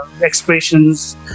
expressions